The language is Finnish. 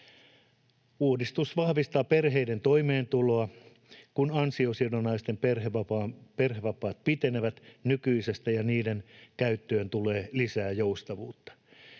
Uudistus vahvistaa perheiden toimeentuloa, kun ansiosidonnaiset perhevapaat pitenevät nykyisestä ja niiden käyttöön tulee lisää joustavuutta.